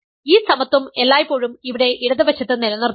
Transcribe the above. ഈ സമത്വം എല്ലായ്പ്പോഴും ഇവിടെ ഇടത് വശത്ത് നിലനിർത്തുന്നു